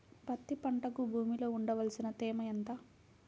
పత్తి పంటకు భూమిలో ఉండవలసిన తేమ ఎంత?